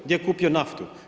Gdje je kupio naftu?